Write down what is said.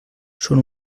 són